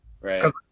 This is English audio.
Right